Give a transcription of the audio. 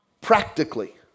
practically